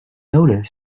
noticed